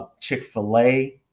Chick-fil-A